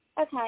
Okay